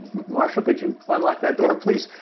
marshal, could you unlock that door please?